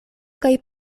kaj